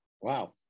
Wow